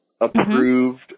approved